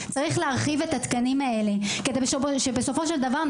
צריך להרחיב את התקנים האלה כדי שבסופו של דבר,